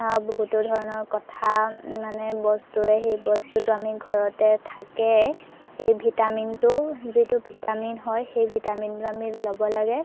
বহুতো ধৰণৰ কথা মানে বস্তুৰে সেই বস্তুটো আমি ঘৰতে থাকেই সেই ভিটামিনটো যিটো ভিটামিন হয় সেই ভিটামিনটো আমি ল'ব লাগে